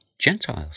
Gentiles